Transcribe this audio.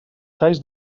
xais